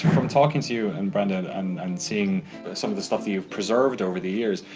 from talking to you and brenda and and and seeing some of the stuff that you've preserved over the years,